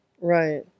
right